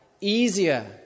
easier